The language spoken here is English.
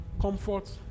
Comfort